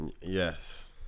Yes